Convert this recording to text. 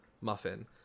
Muffin